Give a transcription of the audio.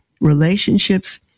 relationships